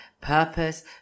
purpose